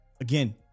Again